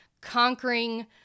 conquering